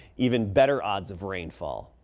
even better odds of rainfall.